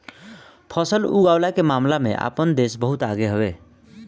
फसल उगवला के मामला में आपन देश बहुते आगे हवे